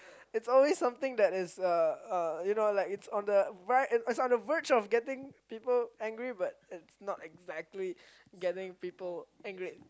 it's always something that is uh uh you know like it's on the right end it's on the verge of getting people angry but it's not exactly getting people angry